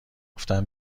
گفتن